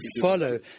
follow